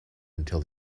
until